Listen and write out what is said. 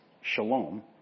shalom